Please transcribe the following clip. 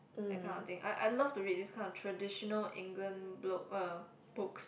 that kind of thing I I love to read this kind of traditional England blo~ uh books